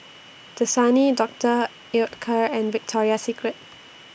Dasani Doctor Oetker and Victoria Secret